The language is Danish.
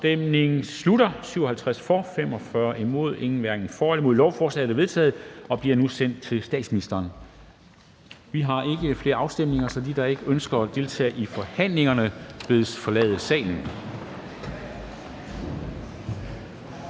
hverken for eller imod stemte 0. Lovforslaget er vedtaget og vil nu blive sendt til statsministeren. Vi har ikke flere afstemninger, så de, der ikke ønsker at deltage i forhandlingen, bedes forlade salen.